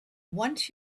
once